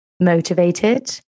motivated